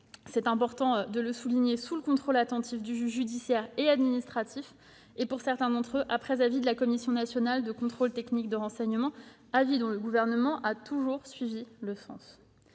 outils ont été mis en oeuvre sous le contrôle attentif du juge, judiciaire et administratif, et, pour certains d'entre eux, après avis de la Commission nationale de contrôle des techniques de renseignement, avis que le Gouvernement a toujours suivis.